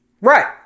right